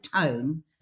tone